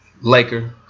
Laker